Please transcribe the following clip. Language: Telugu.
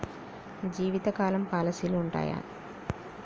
జీవితకాలం పాలసీలు ఉంటయా?